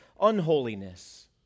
unholiness